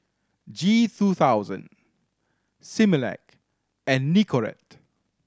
G two thousand Similac and Nicorette